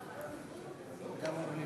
מצביע